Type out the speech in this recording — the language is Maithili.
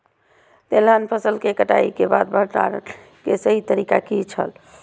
तेलहन फसल के कटाई के बाद भंडारण के सही तरीका की छल?